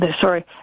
sorry